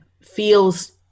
feels